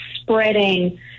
spreading